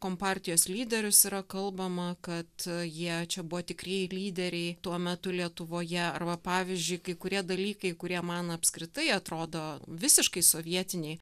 kompartijos lyderius yra kalbama kad jie čia buvo tikrieji lyderiai tuo metu lietuvoje arba pavyzdžiui kai kurie dalykai kurie man apskritai atrodo visiškai sovietiniai